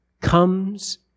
comes